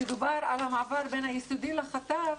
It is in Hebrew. שדובר על המעבר בין היסודי לחטיבה,